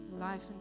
life